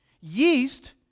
yeast